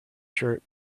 shirt